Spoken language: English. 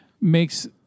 makes